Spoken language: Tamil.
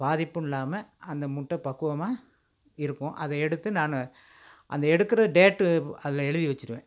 பாதிப்பும் இல்லாமல் அந்த முட்டை பக்குவமாக இருக்கும் அதை எடுத்து நான் அதை எடுக்கிற டேட்டு அதில் எழுதி வச்சுருவேன்